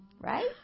right